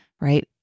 right